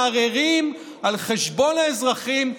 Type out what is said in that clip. מהרהרים על חשבון האזרחים,